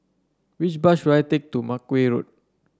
which bus should I take to Makeway Road